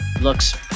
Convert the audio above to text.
looks